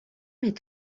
est